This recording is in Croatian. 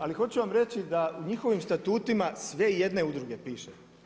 Ali hoću vam reći da u njihovim statutima sve jedne udruge piše.